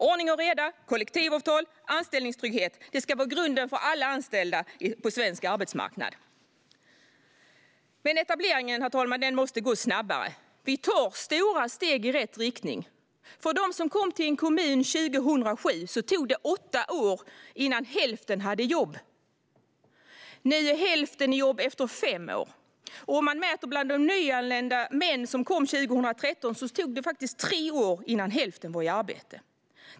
Ordning och reda, kollektivavtal och anställningstrygghet ska vara grunden för alla anställda på svensk arbetsmarknad. Herr talman! Etableringen måste gå snabbare. Vi tar stora steg i rätt riktning. För de nyanlända som kom till en kommun 2007 tog det åtta år innan hälften hade jobb. Nu är hälften i jobb efter fem år. Bland nyanlända män som kom 2013 tog det tre år tills hälften var i arbete.